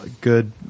good